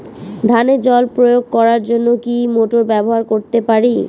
ধানে জল প্রয়োগ করার জন্য কি মোটর ব্যবহার করতে পারি?